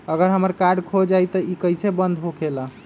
अगर हमर कार्ड खो जाई त इ कईसे बंद होकेला?